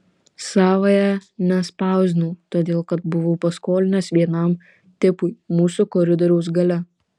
savąja nespausdinau todėl kad buvau paskolinęs vienam tipui mūsų koridoriaus gale